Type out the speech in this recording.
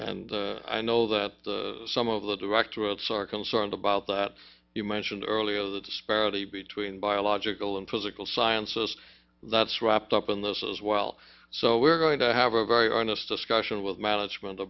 and i know that some of the directorates or concerned about that you mentioned earlier the disparity between biological and physical sciences that's wrapped up in those as well so we're going to have a very honest discussion with management